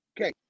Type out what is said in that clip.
Okay